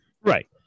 right